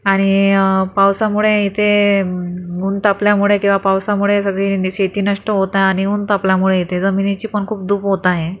आणि पावसामुळे येथे ऊन तापल्यामुळे किंवा पावसामुळे सगळी नी शेती नष्ट होत आहे आणि ऊन तापल्यामुळे येथे जमिनीची पण खूप धूप होत आहे